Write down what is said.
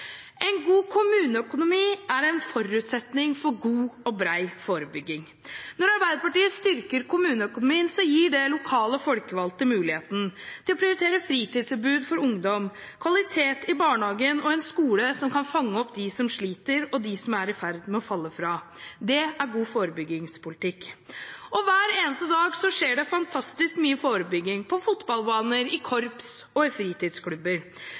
En god kommuneøkonomi er en forutsetning for god og bred forebygging. Når Arbeiderpartiet styrker kommuneøkonomien, gir det lokale folkevalgte muligheten til å prioritere fritidstilbud for ungdom, kvalitet i barnehagen og en skole som kan fange opp dem som sliter, og dem som er i ferd med å falle fra. Det er god forebyggingspolitikk. Hver eneste dag skjer det fantastisk mye forebygging: på fotballbaner, i korps og i fritidsklubber.